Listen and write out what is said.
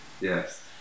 Yes